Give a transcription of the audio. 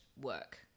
work